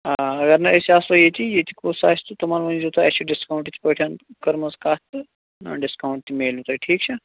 آ اگر نہٕ أسۍ آسو ییٚتی ییٚتہِ کُس آسہِ تہٕ تِمَن ؤنۍزیو تُہۍ اَسہِ چھِ ڈِسکاوُنٛٹ یِتھ پٲٹھۍ کٔرمٕژ کَتھ تہٕ ڈِسکاوُنٛٹ تہِ میلوُ تۄہہِ ٹھیٖک چھا